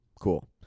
Cool